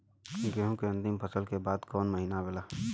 गेहूँ के अंतिम फसल के बाद कवन महीना आवेला?